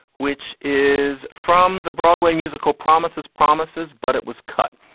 which is from the broadway musical promises promises. but it was cut.